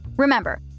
Remember